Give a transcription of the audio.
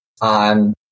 on